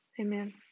amen